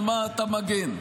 על מה אתה מגן.